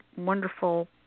Wonderful